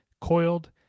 Coiled